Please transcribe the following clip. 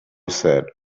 said